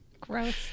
Gross